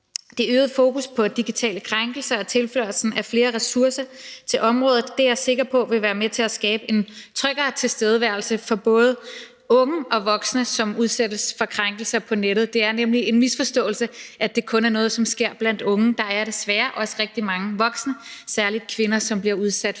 Det øgede fokus på digitale krænkelser og tilførslen af flere ressourcer til området er jeg sikker på vil være med til at skabe en tryggere tilstedeværelse for både unge og voksne, som udsættes for krænkelser på nettet. Det er nemlig en misforståelse, at det kun er noget, som sker blandt unge, men der er desværre også rigtig mange voksne, særlig kvinder, som bliver udsat for krænkelser